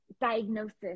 diagnosis